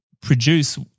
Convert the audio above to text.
produce